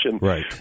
right